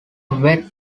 wet